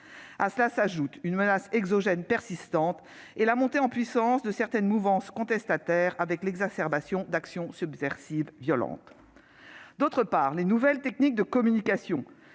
S'y ajoute une menace exogène persistante et la montée en puissance de certaines mouvances contestataires, l'exacerbation d'actions subversives violentes. Par ailleurs, les nouvelles techniques de communication,